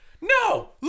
no